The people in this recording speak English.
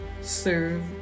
serve